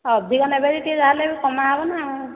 ଅଧିକା ନେବେ ଯଦି ଟିକିଏ ଯାହା ହେଲେ ବି କମା ହେବ ନା